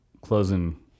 closing